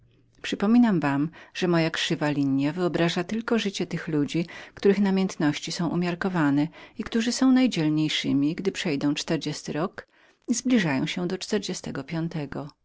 przypominam wam że moja krzywa linja wyobraża tylko życie tych ludzi których namiętności są umiarkowane i którzy są najdzielniejszymi przeszedłszy czterdziesty rok i zbliżając się do czterdziestego piątego